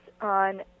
on